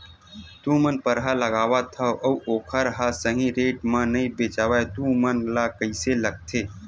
तू मन परहा लगाथव अउ ओखर हा सही रेट मा नई बेचवाए तू मन ला कइसे लगथे?